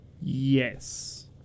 Yes